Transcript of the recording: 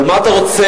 אבל מה אתה רוצה,